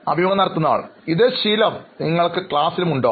അഭിമുഖം നടത്തുന്നയാൾ ഇതേ ശീലം നിങ്ങൾ ക്ലാസിലും പുലർത്താറുണ്ടോ